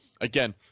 again